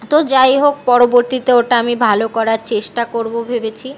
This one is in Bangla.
তো যাই হোক পরবর্তীতে ওটা আমি ভালো করার চেষ্টা করবো ভেবেছি